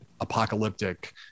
apocalyptic